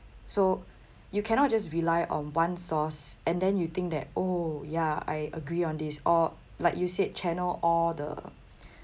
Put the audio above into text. so you cannot just rely on one source and then you think that oh yeah I agree on this or like you said channel all the